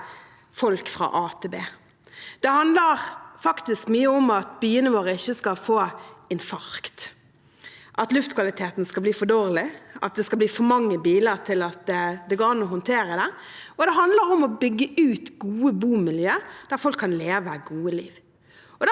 Det handler faktisk mye om at byene våre ikke skal få infarkt – at luftkvaliteten skal bli for dårlig, og at det skal bli for mange biler til at det går an å håndtere. Det handler om å bygge ut gode bomiljø der folk kan leve et godt liv.